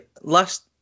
last